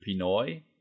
Pinoy